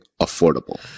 affordable